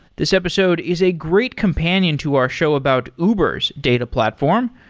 this episode is a great companion to our show about uber s data platform,